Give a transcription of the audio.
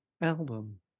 album